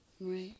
Right